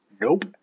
Nope